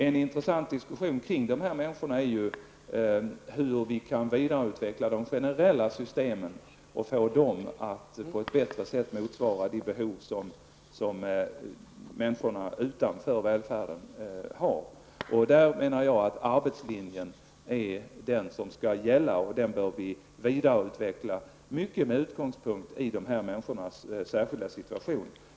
En intressant diskussion kring de här människorna är ju hur vi kan vidareutveckla de generella systemen och hur vi på ett bättre sätt kan få dem att motsvara de behov som människorna utanför välfärden har. Jag menar då att det är arbetslinjen som skall gälla, och vi bör vidareutveckla den med utgångspunkt i de här människornas särskilda situation.